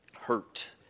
hurt